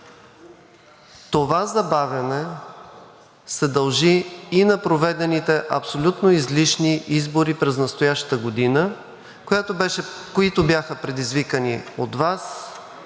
Това забавяне се дължи и на проведените абсолютно излишни избори през настоящата година, които бяха предизвикани от Вас,